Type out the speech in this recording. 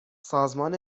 سازمان